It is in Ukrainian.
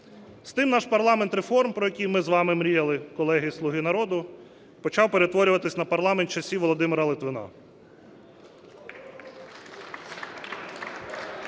З тим наш парламент реформ, про який ми з вами міряли, колеги зі "Слуга народу", почав перетворюватися на парламент часів Володимира Литвина.